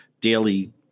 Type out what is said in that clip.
daily